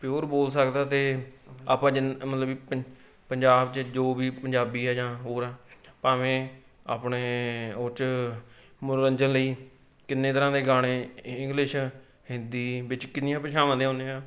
pure ਬੋਲ ਸਕਦਾ ਅਤੇ ਆਪਾਂ ਜਿੰਨ ਮਤਲਬ ਕਿ ਪ ਪੰਜਾਬ 'ਚ ਜੋ ਵੀ ਪੰਜਾਬੀ ਆ ਜਾਂ ਹੋਰ ਆ ਭਾਵੇਂ ਆਪਣੇ ਉਹ 'ਚ ਮਨੋਰੰਜਨ ਲਈ ਕਿੰਨੇ ਤਰ੍ਹਾਂ ਦੇ ਗਾਣੇ ਇੰਗਲਿਸ਼ ਹਿੰਦੀ ਵਿੱਚ ਕਿੰਨੀਆਂ ਭਾਸ਼ਾਵਾਂ ਦੇ ਆਉਦੇ ਹਾਂ